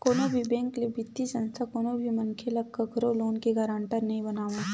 कोनो भी बेंक ते बित्तीय संस्था कोनो भी मनखे ल कखरो लोन के गारंटर नइ बनावय